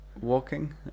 walking